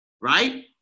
right